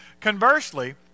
conversely